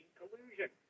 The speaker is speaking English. collusion